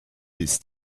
bis